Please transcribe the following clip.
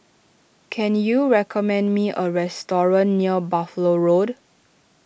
can you recommend me a restaurant near Buffalo Road